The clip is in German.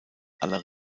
aller